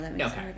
Okay